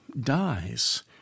dies